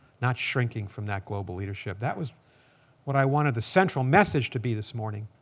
not shrinking from that global leadership. that was what i wanted the central message to be this morning.